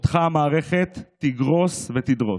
אותך המערכת תגרוס ותדרוס.